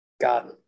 God